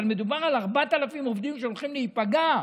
אבל מדובר על 4,000 עובדים שהולכים להיפגע,